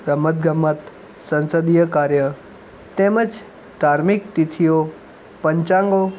રમત ગમત સંસદીય કાર્ય તેમજ ધાર્મિક તિથિઓ પંચાંગો